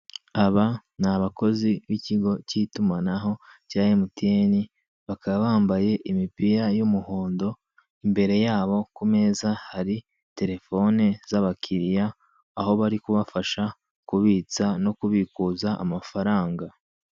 Aba ni abakozi b'ikigo cy'itumanaho cya MTN, bakaba bambaye imipira y'umuhondo, imbere yabo ku meza hari telefone z'abakiriya, aho bari kubafasha kubitsa no kubikuza amafaranga.